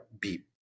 beep